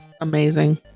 Amazing